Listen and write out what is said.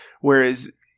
Whereas